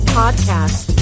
podcast